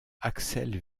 axel